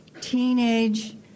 teenage